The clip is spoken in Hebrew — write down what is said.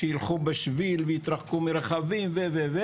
שילכו בשביל ויתרחקו מרכבים ועוד,